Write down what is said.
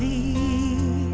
the